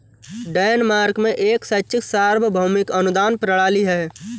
Denmark में एक शैक्षिक सार्वभौमिक अनुदान प्रणाली है